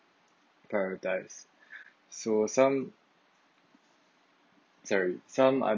prioritize so some sorry some